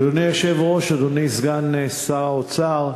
אדוני היושב-ראש, אדוני סגן שר האוצר,